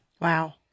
Wow